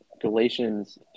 Galatians